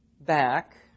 back